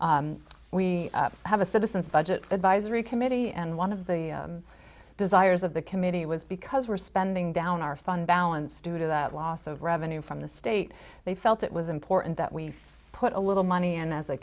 we have a citizens budget advisory committee and one of the desires of the committee was because we're spending down our fund balance due to that loss of revenue from the state they felt it was important that we put a little money and as a